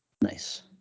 Nice